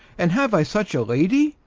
and have i such a lady?